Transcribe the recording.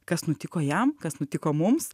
kas nutiko jam kas nutiko mums